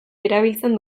erabiltzen